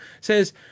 Says